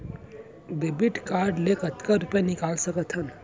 Debit card ले कतका रुपिया निकाल सकथन?